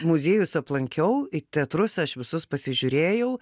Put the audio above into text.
muziejus aplankiau į teatrus aš visus pasižiūrėjau